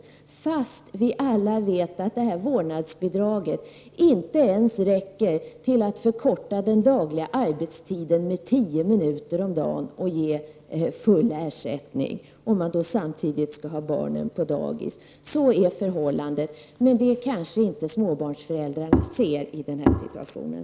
Detta trots att vi alla vet att det här vårdnadsbidraget inte ens räcker till att förkorta den dagliga arbetstiden med tio minuter och ge full ersättning, om man samtidigt skall ha barnen på dagis. Så är förhållandet, men det kanske inte småbarnsföräldrarna ser i den här situationen.